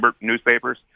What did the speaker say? newspapers